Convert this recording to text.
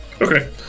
Okay